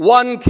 one